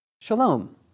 Shalom